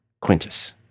Quintus